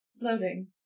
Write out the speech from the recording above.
Loading